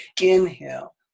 Inhale